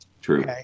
True